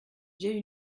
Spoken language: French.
j’ai